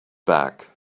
back